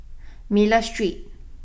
Miller Street